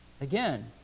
Again